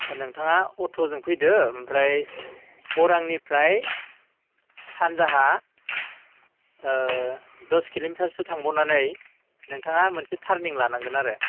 नोंथाङा अट'जों फैदो ओमफ्राय अरांनिफ्राय सानजाहा दस किल'मिटारसो थांबावनानै नोंथाङा मोनसे टार्निं लानांगोन आरो